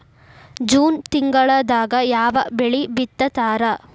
June ತಿಂಗಳದಾಗ ಯಾವ ಬೆಳಿ ಬಿತ್ತತಾರ?